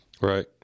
right